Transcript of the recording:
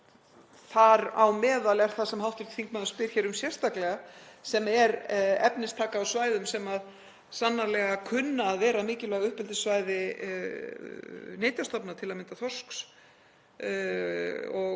þar á meðal er það sem hv. þingmaður spyr hér um sérstaklega, sem er efnistaka á svæðum sem sannarlega kunna að vera mikilvæg uppeldissvæði nytjastofna, til að mynda þorsks og annarra